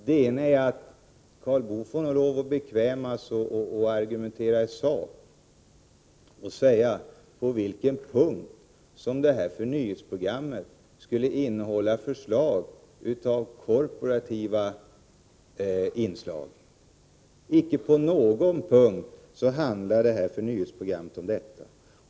Det ena är att Karl Boo får bekväma sig till att argumentera i sak och säga på vilken punkt förnyelseprogrammet skulle innehålla korporativa inslag. Icke på någon punkt handlar programmet om detta.